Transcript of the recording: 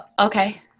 Okay